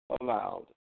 aloud